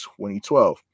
2012